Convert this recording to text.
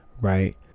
right